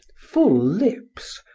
full lips,